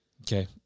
okay